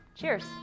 Cheers